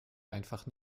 einfach